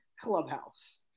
Clubhouse